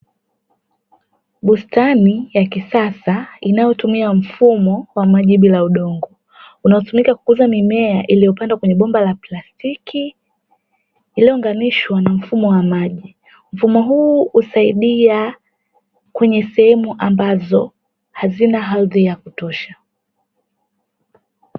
Bustani ya kisasa inayotumia mfumo wa maji bila udongo, unaotumika kukuza mimea iliyopandwa kwenye bomba za plastiki iliyounganishwa na mfumo wa maji, mfumo huu hutumika katika sehemu ambazo hazina ardhi ya kutosha.